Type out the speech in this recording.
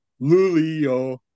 Lulio